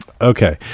Okay